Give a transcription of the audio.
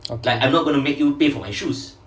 okay